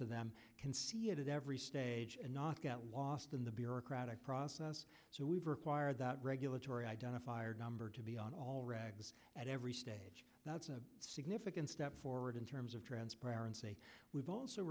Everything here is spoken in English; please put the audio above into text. to them can see it at every stage and not get lost in the bureaucratic process so we've required that regulatory identifier number to be on all records at every stage that's a significant step forward in terms of transparency we've also